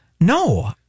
no